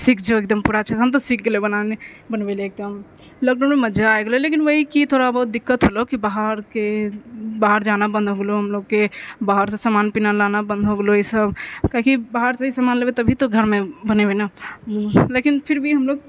सीख जाओ पूरा चीज हम तऽ सीख गेलिए बनाना बनबै ले एकदम लॉकडाउनमे मजा आबि गेलै लेकिन ओएह कि थोड़ा बहुत दिक्कत भेलौहँ कि बाहरके बाहर जाना बन्द हो गेलो हमलोकके बाहरसँ सामान लाना बन्द हो गेलो ई सब काहेकि बाहरसँ सामान लेबय तभी तऽ घरमे बनेबै ने लेकिन फिर भी हमलोग